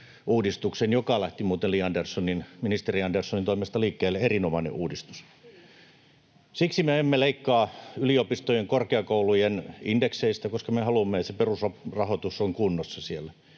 joka lähti muuten ministeri Li Anderssonin toimesta liikkeelle, erinomainen uudistus. Siksi me emme leikkaa yliopistojen, korkeakoulujen indekseistä, koska me haluamme, että se perusrahoitus on kunnossa siellä.